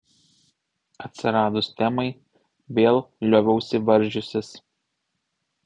atsiradus temai vėl lioviausi varžiusis